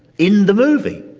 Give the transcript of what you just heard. in the movie.